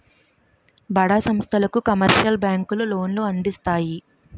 బడా సంస్థలకు కమర్షియల్ బ్యాంకులు లోన్లు అందిస్తాయి